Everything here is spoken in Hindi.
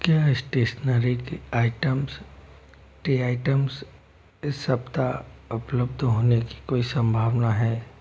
क्या एस्टेशनरी के आइटम्स टी आइटम्स इस सप्ताह उपलब्ध होने की कोई संभावना है